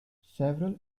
several